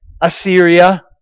Assyria